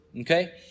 Okay